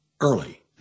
early